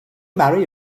marry